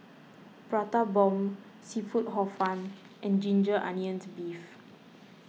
Prata Bomb Seafood Hor Fun and Ginger Onions Beef